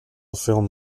film